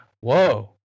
whoa